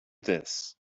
this